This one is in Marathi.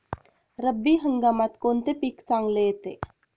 रब्बी हंगामात कोणते पीक चांगले येते?